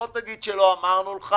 שלא תגיד שלא אמרנו לך.